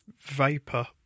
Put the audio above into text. Vapor